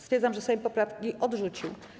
Stwierdzam, że Sejm poprawki odrzucił.